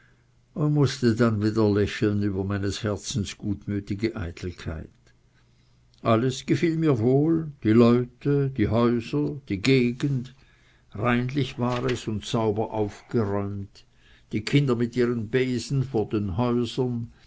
und mußte dann wieder lächeln über meines herzens gutmütige eitelkeit alles gefiel mir wohl die leute die häuser die gegend reinlich war es und sauber aufgeräumt die kinder mit ihren besen vor den häusern